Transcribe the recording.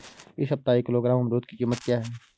इस सप्ताह एक किलोग्राम अमरूद की कीमत क्या है?